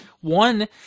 One